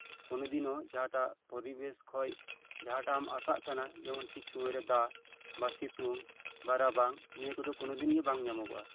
ᱠᱳᱱᱳ ᱫᱤᱱᱦᱚᱸ ᱡᱟᱦᱟᱸᱴᱟᱜ ᱯᱚᱨᱤᱵᱮᱥ ᱠᱷᱚᱱ ᱡᱟᱦᱟᱸᱴᱟᱜ ᱮᱢ ᱟᱥᱟᱜ ᱠᱟᱱᱟ ᱡᱮᱢᱚᱱ ᱴᱷᱤᱠ ᱥᱚᱢᱚᱭᱨᱮ ᱫᱟᱜ ᱵᱟ ᱥᱤᱛᱩᱝ ᱵᱟ ᱨᱟᱵᱟᱝ ᱱᱤᱭᱟᱹ ᱠᱚᱫᱚ ᱠᱳᱱᱳ ᱫᱤᱱᱜᱮ ᱵᱟᱝ ᱧᱟᱢᱚᱜᱚᱜᱼᱟ